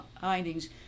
findings